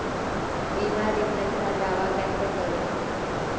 बीमा रिटर्न का दावा कैसे करें?